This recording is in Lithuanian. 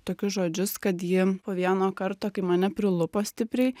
tokius žodžius kad ji po vieno karto kai mane prilupo stipriai